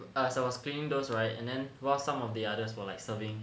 as I was cleaning those right and then while some of the others were like serving